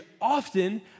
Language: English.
often